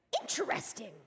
Interesting